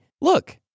look